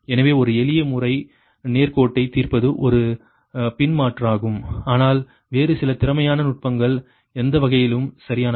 எனவே ஒரு எளிய முறை நேர்கோட்டைத் தீர்ப்பது ஒரு பின் மாற்றாகும் ஆனால் வேறு சில திறமையான நுட்பங்கள் எந்த வகையிலும் சரியானவை